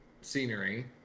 scenery